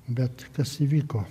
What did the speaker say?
bet kas įvyko